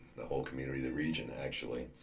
the whole community, the region actually.